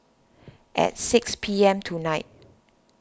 at six P M tonight